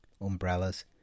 umbrellas